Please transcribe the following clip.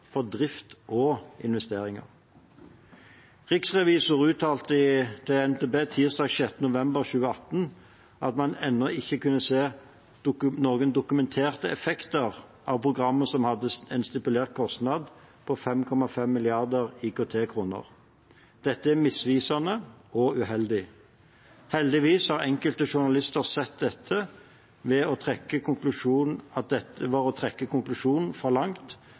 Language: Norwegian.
for både drift og investeringer. Riksrevisor uttalte til NTB tirsdag 6. november 2018 at man ennå ikke kunne se noen «dokumenterte effekter» av programmet, som hadde en stipulert kostnad på 5,5 mrd. IKT-kroner. Dette er misvisende og uheldig. Heldigvis har enkelte journalister sett at dette var å trekke konklusjonen